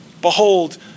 Behold